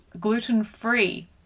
gluten-free